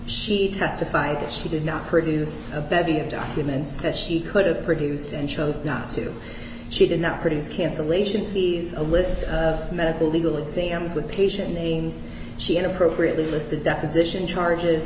she testified that she did not produce a bevy of documents that she could have produced and chose not to she did not produce cancellation fees a list of medical legal exams with patient names she had appropriately listed deposition charges